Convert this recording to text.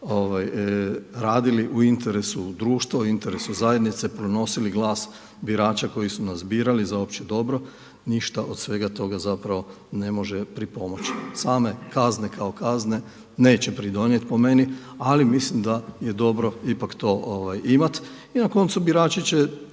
radili u interesu društva, u interesu zajednice, pronosili glas birača koji su nas birali za opće dobro ništa od svega toga zapravo ne može pripomoći. Same kazne kao kazne neće pridonijeti po meni ali mislim da je dobro ipak to imati. I na koncu birači će,